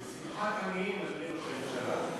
שמחת עניים, אדוני ראש הממשלה.